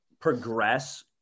progress